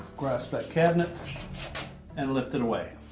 grasp that cabinet and lift it away.